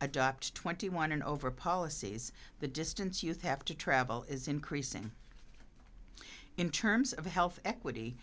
adopt twenty one and over policies the distance you have to travel is increasing in terms of health equity